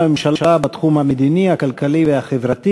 הצבת מכשיר שקילה במכר טובין לפי משקל),